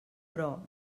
però